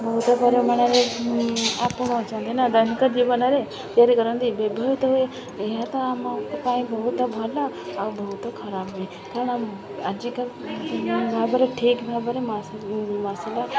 ବହୁତ ପରିମାଣରେ ଆପଣ ଅଛନ୍ତି ନା ଦୈନିକ ଜୀବନରେ ତିଆରି କରନ୍ତି ବ୍ୟବହୃତ ହୁଏ ଏହା ତ ଆମ ପାଇଁ ବହୁତ ଭଲ ଆଉ ବହୁତ ଖରାପ ହୁଏ କାରଣ ଆଜିକା ଭାବରେ ଠିକ୍ ଭାବରେ ମସଲା